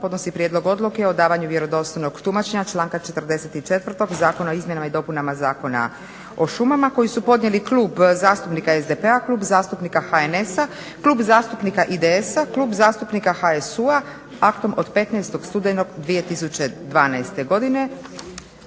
podnosi prijedlog odluke o davanju vjerodostojnog tumačenja članka 44. Zakona o izmjenama i dopunama Zakona o šumama koji su podnijeli Klub zastupnika SDP-a, Klub zastupnika HNS-a, Klub zastupnika IDS-a, Klub zastupnika HSU-a aktom od 15. studenog 2012. godine